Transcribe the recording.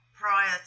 prior